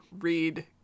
read